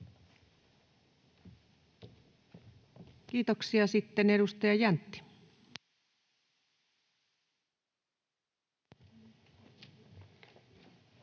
Kiitoksia. — Sitten edustaja Jäntti. [Speech